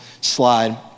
slide